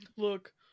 Look